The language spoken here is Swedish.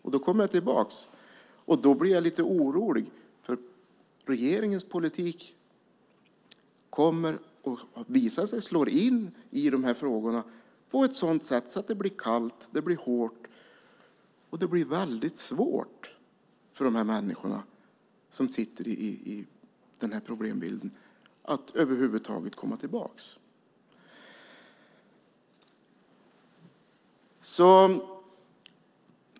Jag kommer tillbaka till detta att jag blir lite orolig för att regeringens politik kommer att visa sig slå in i de här frågorna så att det blir kallt, hårt och väldigt svårt för de människor som sitter i denna problembild att över huvud taget komma tillbaka.